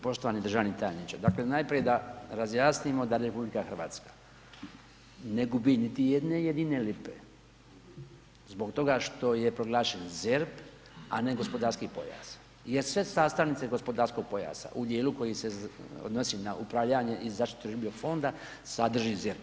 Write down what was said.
Poštovani državni tajniče, dakle najprije da razjasnimo da RH ne gubi niti jedne jedine lipe zbog toga što je proglašen ZERP a ne gospodarski pojas jesu su sve sastavnice gospodarskog pojasa u dijelu koji se odnosi na upravljanje i zaštitu ribljeg fonda sadrži ZERP.